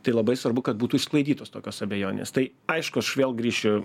tai labai svarbu kad būtų išsklaidytos tokios abejonės tai aišku aš vėl grįšiu